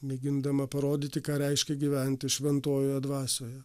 mėgindama parodyti ką reiškia gyventi šventojoje dvasioje